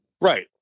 Right